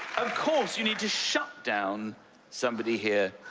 of course, you need to shut down somebody here.